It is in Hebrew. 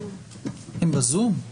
הם בזום?